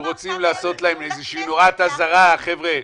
רוצים לשים איזו נורת אזהרה: חבר'ה,